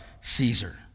caesar